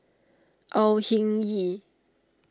Au Hing Yee